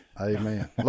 Amen